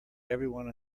everyone